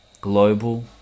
global